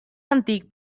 antic